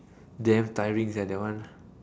damn tiring sia that one